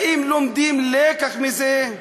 האם לומדים לקח מזה?